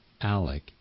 Alec